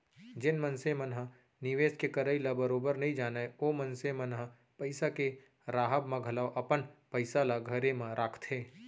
जेन मनसे मन ह निवेस के करई ल बरोबर नइ जानय ओ मनसे मन ह पइसा के राहब म घलौ अपन पइसा ल घरे म राखथे